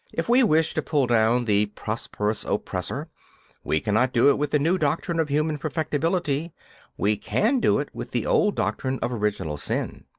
if we wish to pull down the prosperous oppressor we cannot do it with the new doctrine of human perfectibility we can do it with the old doctrine of original sin.